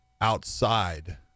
outside